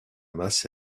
masse